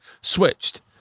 switched